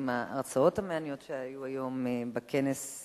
עם ההרצאות המעניינות שהיו היום בכנס,